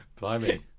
Blimey